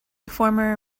former